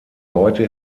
heute